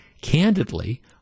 Candidly